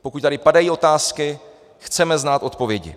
Pokud tady padají otázky, chceme znát odpovědi.